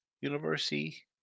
University